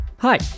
Hi